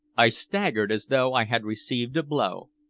i staggered as though i had received a blow.